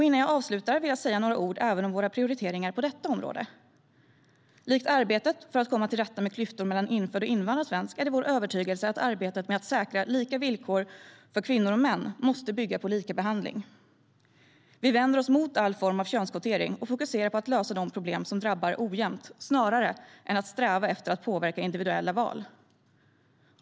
Innan jag avslutar vill jag säga några ord om våra prioriteringar även på detta område. Precis som med arbetet för att komma till rätta med klyftor mellan infödd och invandrad svensk är det vår övertygelse att arbetet med att säkra lika villkor för kvinnor och män måste bygga på lika behandling. Vi vänder oss mot all form av könskvotering och fokuserar på att lösa problem som drabbar ojämnt snarare än att sträva efter att påverka individuella val.